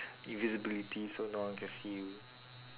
invisibility so no one can see you